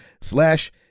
slash